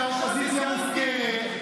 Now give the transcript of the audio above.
כי האופוזיציה מופקרת.